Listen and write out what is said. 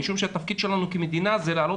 משום שהתפקיד שלנו כמדינה זה להעלות